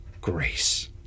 grace